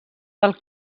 del